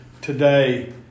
today